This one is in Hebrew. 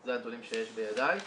זה הדברים שיש בידיי.